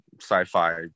sci-fi